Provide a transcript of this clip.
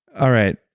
all right.